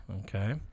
okay